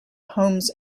homes